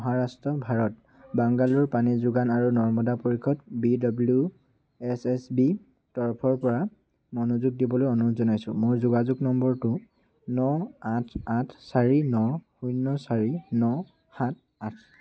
মহাৰাষ্ট্ৰ ভাৰত বাংগালোৰ পানী যোগান আৰু নৰ্দমা পৰিষদ B W S S B তৰফৰ পৰা মনোযোগ দিবলৈ অনুৰোধ জনাইছো মোৰ যোগাযোগ নম্বৰটো ন আঠ আঠ চাৰি ন শূন্য চাৰি ন সাত আঠ